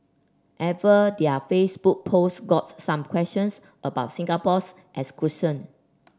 ever their Facebook post got some questions about Singapore's exclusion